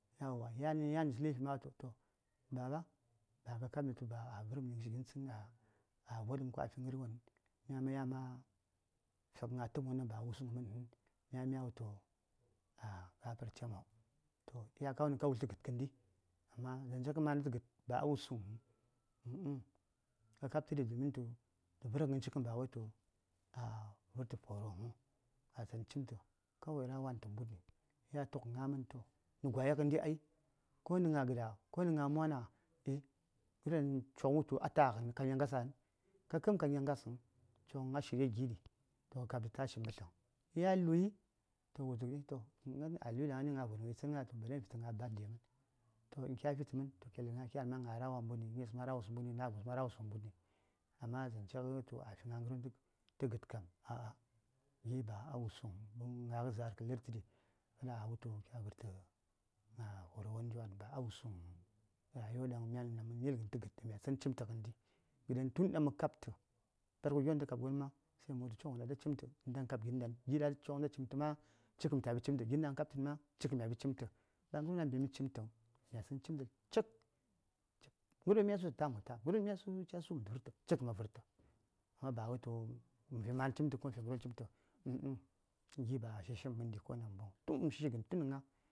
﻿Yauwa yan nə yan citə lifi ma toh wo wultu baba ba kə kabəm tu a vərəm dtli mən tsən a vodəm ko a fi ghərwonəŋ myani ma yan ma fighə gna təpm won daŋ ba a wusəŋ myani ma mya wultu a gafarcemo toh iyakagən daŋ ka wul tə gəd kəndi amma mandə tə gəd ba wusuŋ huŋ kə kab tə domin tə vər ghə ghən cighən bawai a vərtə foro huŋ a tsən cimtə kawai ra: wan ta mbunni ya tughə gnamən toh gwai ghəndi ai ko nə gna gəda ko nə gna mwana nə coŋ wultu a taghə ka kəm ka nyangasəŋ coŋghən a shiryaɗi giɗi toh kab tə tashi mbətləm un ya luyi toh gnan a luyi gna voni tsən gna toh bari məfitə gna birthday mən tə vərghə gna toh kya fitə mən ka yel ra:wa mbunni gnais ma rawos mbunni nagos ma rawos wo mbunni amma zance kə tu a fi gna ghərwon tə gəd kam babu ba a wusuŋ huŋ nə gna ghə za:r kə lərtədi kada a wultu kya vərtə gna forowon njwan ba wusuŋ rayuwa yo daŋ myani ghən mə yeli tə gəd kəndi, gəɗen tun daŋ mə kab tə farko gyo daŋ məta kab gon ma sai mə wultu coŋvon wo lyami cimtənda mə kab gin ɗan farko gi: ɗan coŋ ta cimtə ma cikkən mətaya fi cimtə gin ɗaŋ mə kabtən ma cik kən mya fi cimtə ba ghən won a mbimi cimtəŋ mya tsən cintə cip ghəryo ɗaŋ mya su tə tam wo tam ghəryo ɗaŋ ca su mə vərtə cik ma vərtə amma ba wai tu məfi magdə cimtə ko məfi ghərwon cimtə oh oi gin ba a shishi ɗiŋ